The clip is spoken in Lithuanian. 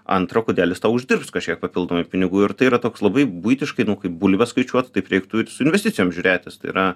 antra o kodėl jis tau uždirbs kažkiek papildomai pinigų ir tai yra toks labai buitiškai nu kaip bulves skaičiuot taip reiktų ir su investicijom žiūrėtis tai yra